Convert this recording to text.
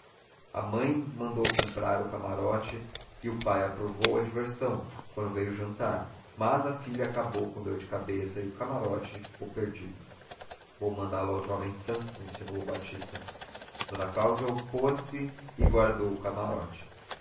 a mãe mandou comprar o camarote e o pai aprovou a diversão quando veio jantar mas a filha acabou com dor de cabeça e o camarote ficou perdido vou mandá-lo aos jovens santos insinuou batista d cláudia opôs-se e guardou o camarote